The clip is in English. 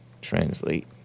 translate